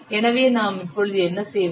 எனவே நாம் இப்பொழுது என்ன செய்வது